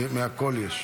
מהכול יש.